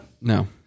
No